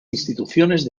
instituciones